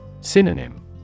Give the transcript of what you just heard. Synonym